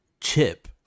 chip